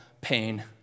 pain